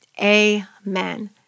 amen